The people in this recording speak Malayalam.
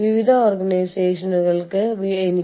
അതിനാൽ ഈ ആളുകൾ ഇവിടെ വരുന്നു